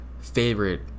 favorite